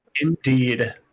Indeed